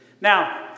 Now